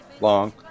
long